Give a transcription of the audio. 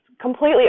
completely